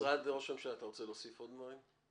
משרד ראש הממשלה, אתם רוצים להוסיף עוד דברים?